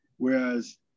Whereas